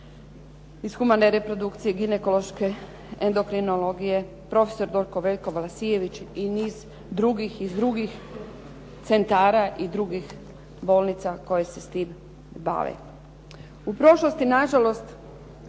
iz humane reprodukcije ginekološke endokrinologije. Profesor dr. Veljko Vlasijević i niz drugih iz drugih centara i drugih bolnica koje se s tim bave. U prošlosti na žalost